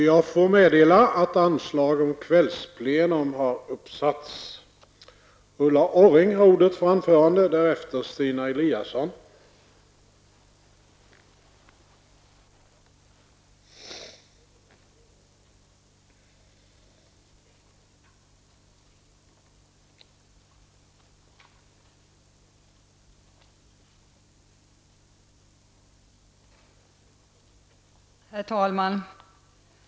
Jag får meddela att anslag nu har satts upp om att detta sammanträde skall fortsätta efter kl. 19.00.